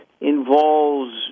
involves